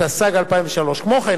התשס"ג 2003. כמו כן,